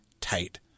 tight